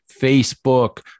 Facebook